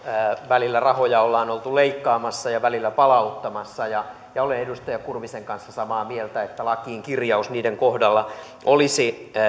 välillä rahoja ollaan oltu leikkaamassa ja välillä palauttamassa ja ja olen edustaja kurvisen kanssa samaa mieltä että lakiin kirjaus niiden kohdalla olisi